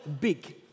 big